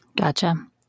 Gotcha